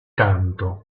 canto